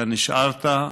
אתה נשארת,